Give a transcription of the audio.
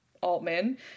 Altman